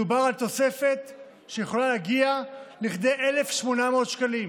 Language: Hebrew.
מדובר על תוספת שיכולה להגיע לכדי 1,800 שקלים,